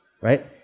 right